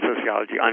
sociology